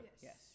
Yes